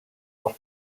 leur